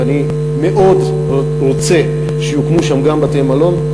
ואני מאוד רוצה שיוקמו שם גם בתי-מלון,